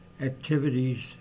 activities